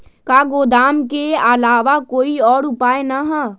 का गोदाम के आलावा कोई और उपाय न ह?